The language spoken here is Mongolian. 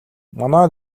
манай